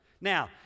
Now